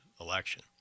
election